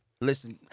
Listen